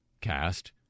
cast